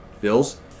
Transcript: bills